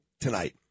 tonight